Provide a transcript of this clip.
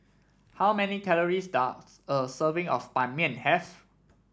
how many calories does a serving of Ban Mian have